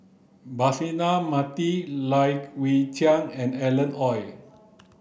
Braema Mathi Lai Weijie and Alan Oei